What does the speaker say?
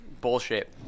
bullshit